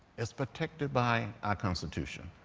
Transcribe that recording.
it's protected by our constitution.